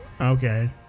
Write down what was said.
Okay